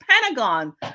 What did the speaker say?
Pentagon